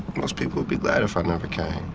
most people would be glad if i never came